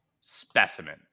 specimen